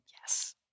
Yes